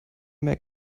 mehr